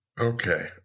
Okay